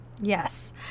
Yes